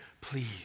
Please